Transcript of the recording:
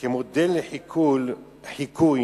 שכמודל לחיקוי